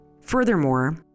Furthermore